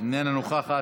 איננה נוכחת,